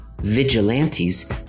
Vigilantes